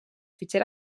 fitxer